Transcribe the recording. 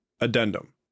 Addendum